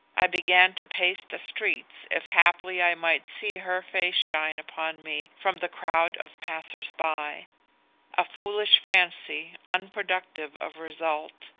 i began to pace the streets if haply i might see her face shine upon me from the crowd of passers by a foolish fancy, unproductive of result!